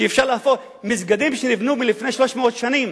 אפשר להפוך מסגדים שנבנו לפני 300 שנים